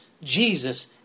Jesus